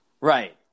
Right